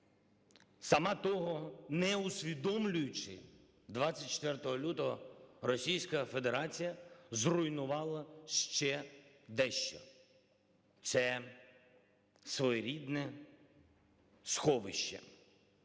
сама того не усвідомлюючи, 24 лютого Російська Федерація зруйнувала ще дещо, це своєрідне сховище,